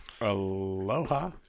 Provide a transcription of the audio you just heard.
Aloha